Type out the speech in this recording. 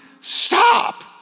stop